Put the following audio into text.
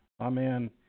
Amen